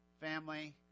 family